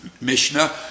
Mishnah